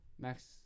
Max